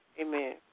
Amen